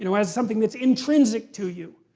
you know as something that's intrinsic to you.